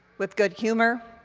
with good humor,